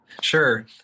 sure